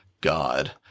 God